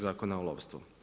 Zakona o lovstvu.